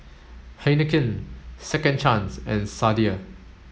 Heinekein Second Chance and Sadia